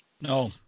No